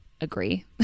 agree